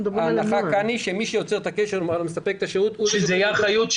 ההנחה כאן היא שמי שיוצר את הקשר ומספק את השירות הוא שמנגיש אותו.